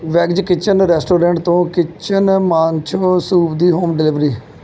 Wang's kitchen restaurant ਤੋਂ kitchen manchow soup ਦੀ home delivery